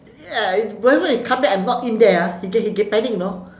ya whenever he come back I'm not in there ah he get he get panic you know